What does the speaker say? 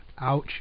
Ouch